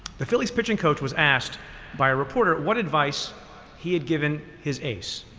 the phillies pitching coach was asked by a reporter what advice he had given his ace.